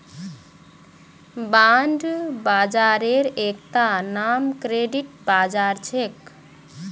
bond बाजारेर एकता नाम क्रेडिट बाजार छेक